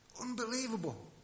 Unbelievable